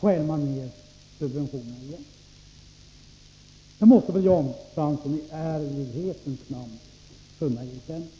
skära ned matsubventionerna. Det måste väl Jan Fransson i ärlighetens namn kunna erkänna.